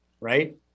Right